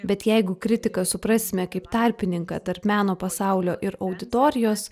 bet jeigu kritiką suprasime kaip tarpininką tarp meno pasaulio ir auditorijos